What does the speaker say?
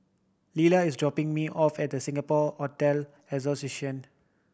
Lela is dropping me off at Singapore Hotel Association